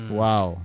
wow